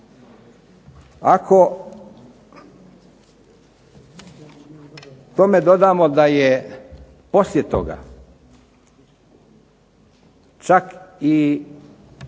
Ako tome dodamo da je poslije toga čak i